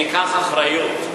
שניקח אחריות.